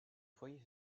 foyer